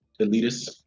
elitists